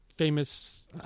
Famous